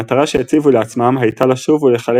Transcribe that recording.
המטרה שהציבו לעצמם הייתה לשוב ולחלק